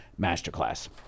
Masterclass